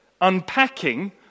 unpacking